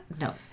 No